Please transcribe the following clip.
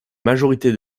majorité